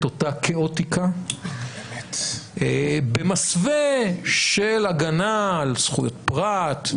אותה כאוטיקה במסווה של הגנה על זכויות פרט,